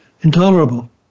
intolerable